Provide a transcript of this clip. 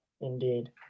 Indeed